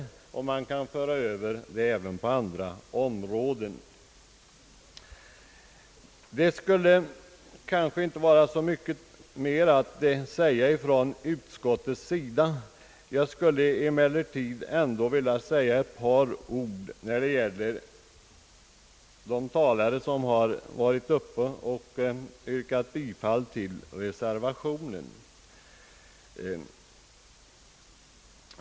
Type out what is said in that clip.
Detta resonemang kan ha tillämpning även på andra områden. Det är kanske inte så mycket mer att anföra från utskottet. Jag vill emellertid säga några ord till de talare som yrkat bifall till reservationen på denna punkt.